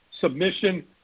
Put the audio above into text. submission